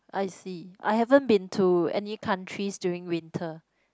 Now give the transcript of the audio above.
I see I haven't been to any countries during winter